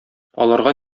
аларга